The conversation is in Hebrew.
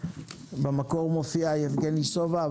במקור מופיע חוק ביוזמת יבגני סובה,